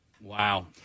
Wow